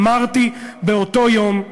אמרתי באותו יום: